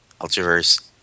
Ultraverse